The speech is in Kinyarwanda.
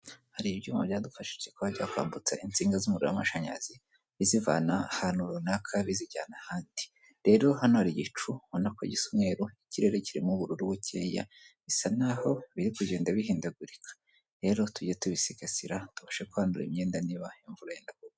Hari ibyuma byadufashije kuba byakwambutsa insinga z'umuriro w'amashanyarazi bizivana ahantu runaka bizijyana ahandi, rero hano hari igicu ubona ko gisa umweruru, ikirere kirimo ubururu bukeya, bisa n'aho biri kugenda bihindagurika, rero tujye tubisigasira tubashe kwanura imyenda niba imvura yenda kugwa.